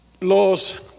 los